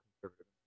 conservative